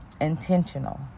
intentional